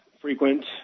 frequent